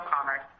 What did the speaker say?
commerce